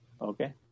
okay